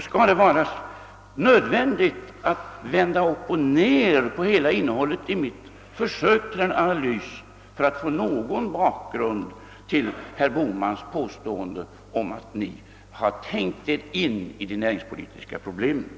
Skall det vara nödvändigt att vända upp och ned på hela innehållet i mitt försök till analys för att få någon bakgrund till herr Bohmans påstående om att ni har tänkt er in i de näringspolitiska problemen?